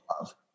love